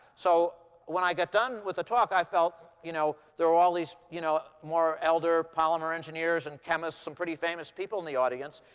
so when i got done with the talk, i felt you know, there were all these you know more elder polymer engineers, and chemists, some pretty famous people in the audience.